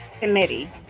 Committee